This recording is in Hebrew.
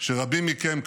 שרבים מכם כאן,